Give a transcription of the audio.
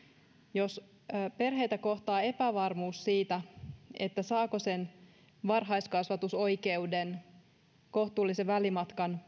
jos perheitä kohtaa epävarmuus siitä saako sen varhaiskasvatusoikeuden kohtuullisen välimatkan